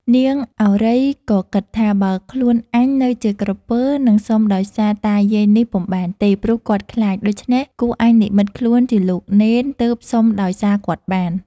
នាងឱរ៉ៃ ក៏គិតថា " បើខ្លួនអញនៅជាក្រពើ នឹងសុំដោយសារតាយាយនេះពុំបានទេ ព្រោះគាត់ខ្លាច ដូច្នេះ គួរអញនិម្មិតខ្លួនជាលោកនេន ទើបសុំដោយ សារគាត់បាន " ។